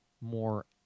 more